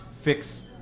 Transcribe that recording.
fix